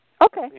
Okay